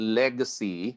legacy